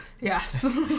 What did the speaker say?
yes